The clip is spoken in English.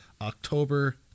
October